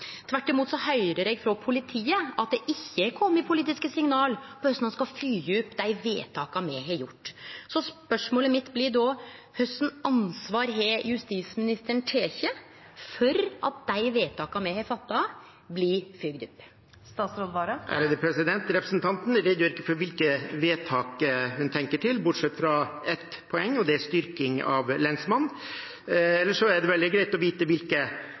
Tvert imot høyrer eg frå politiet at det ikkje er kome politiske signal om korleis ein skal følgje opp dei vedtaka me har gjort. Så spørsmålet mitt blir då: Kva slags ansvar har justisministeren teke for at dei vedtaka me har fatta, blir følgde opp? Representanten redegjør ikke for hvilke vedtak hun tenker på, bortsett fra ett poeng, og det er styrking av lensmannen. Ellers er det veldig greit å vite